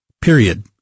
period